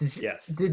Yes